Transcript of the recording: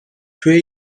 توی